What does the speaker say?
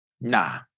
Nah